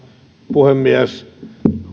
puhemies